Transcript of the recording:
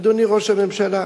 אדוני ראש הממשלה,